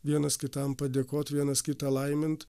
vienas kitam padėkot vienas kitą laimint